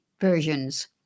versions